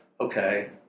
okay